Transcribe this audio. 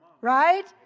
right